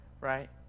right